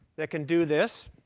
that can do this,